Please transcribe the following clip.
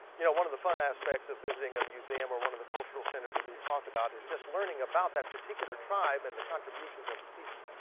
you know, one of the fun aspects of visiting a museum or one of the cultural centers that we've talked about is just learning about that particular tribe and the contributions of its people.